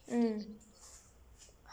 mm